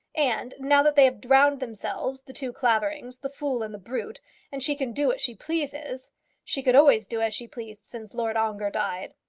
and now that they have drowned themselves the two claverings the fool and the brute and she can do what she pleases she could always do as she pleased since lord ongar died.